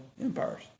empires